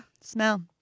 Smell